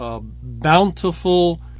bountiful